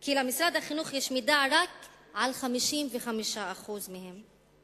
כי למשרד החינוך יש מידע רק על 55% מהם.